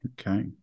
Okay